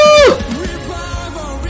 Revival